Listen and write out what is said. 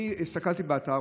הסתכלתי באתר,